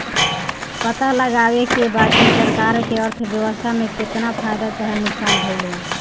पता लगावे के बा की सरकार के अर्थव्यवस्था में केतना फायदा चाहे नुकसान भइल बा